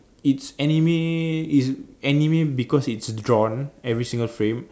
it's anime is anime because it's drawn every single frame